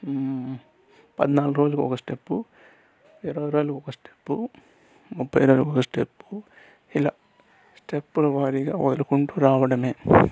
పద్నాలుగు రోజులకి ఒక స్టెప్ ఇరవై రోజులకి ఒక స్టెప్ ముప్పై రోజులకి ఒక స్టెప్ ఇలా స్టెప్పుల వారీగా వదులుకుంటా రావడమే